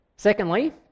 Secondly